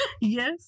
Yes